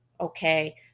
okay